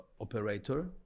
operator